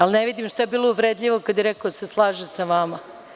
Ali ne vidim šta je bilo uvredljivo, kada je rekao da se slaže sa vama.